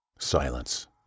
silence